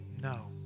No